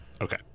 Okay